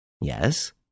Yes